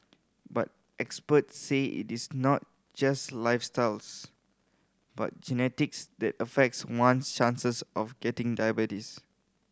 but experts say it is not just lifestyles but genetics that affects one chances of getting diabetes